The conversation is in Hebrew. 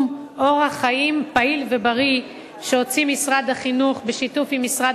אורח חיים פעיל ובריא שהוציא משרד החינוך בשיתוף עם משרד